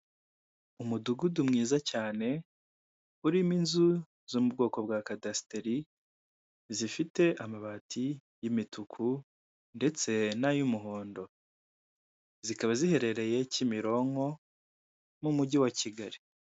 Umudugudu mwiza cyane urimo inzu zo mu bwoko bwa kadasiteri zifite amabati y'imituku ndetse n'ay'umuhondo, zikaba ziherereye Kimironko mu mujyi wa Kigali.